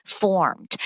formed